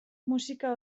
musika